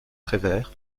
prévert